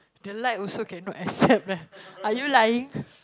the light also can not accept ah are you lying